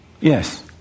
Yes